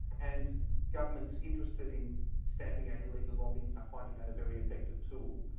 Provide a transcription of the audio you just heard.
and governments interested in stamping out illegal logging are finding that a very effective tool.